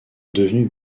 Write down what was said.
devenu